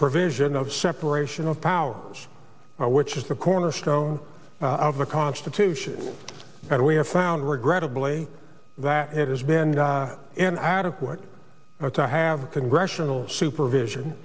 provision of separation of powers which is the cornerstone of the constitution and we have found regrettably that it has been an adequate to have congressional supervision